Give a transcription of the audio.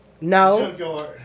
No